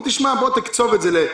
אנחנו אומרים: בוא תקצוב את זה לשלושה,